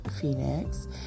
Phoenix